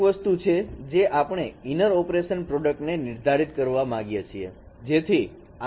તો એક વસ્તુ છે જે આપણે ઇનર ઓપરેશન પ્રોડકટ ને નિર્ધારિત કરવા માગીએ છીએ